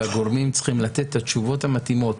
והגורמים צריכים לתת את התשובות המתאימות